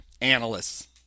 analysts